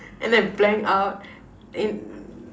and I blank out in